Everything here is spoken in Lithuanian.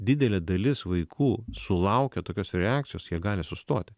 didelė dalis vaikų sulaukę tokios reakcijos jie gali sustoti